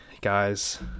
guys